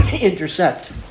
intercept